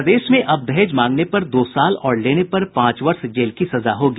प्रदेश में अब दहेज मांगने पर दो साल और लेने पर पांच वर्ष जेल की सजा होगी